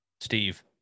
Steve